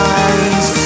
eyes